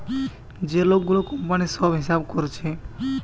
যে লোক গুলা কোম্পানির সব হিসাব কোরছে